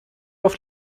auf